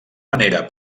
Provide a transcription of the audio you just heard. manera